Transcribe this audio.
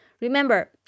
Remember